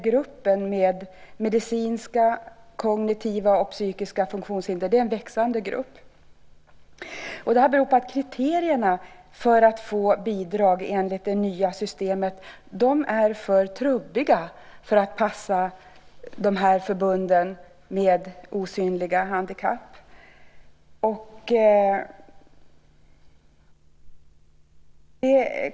Gruppen med medicinska, kognitiva och psykiska funktionshinder är en växande grupp. Detta beror på att kriterierna för att få bidrag enligt det nya systemet är för trubbiga för att passa förbunden med osynliga handikapp.